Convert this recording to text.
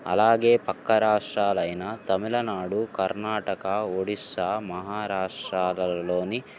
అలాగే పక్క రాష్ట్రాలైైన తమిళనాడు కర్ణాటక ఒడిస్సా మహారాష్ట్రాలలోని